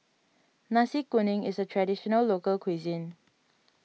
Nasi Kuning is a Traditional Local Cuisine